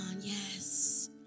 Yes